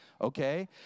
Okay